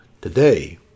Today